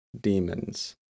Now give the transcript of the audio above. Demons